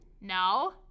No